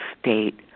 state